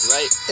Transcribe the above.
Right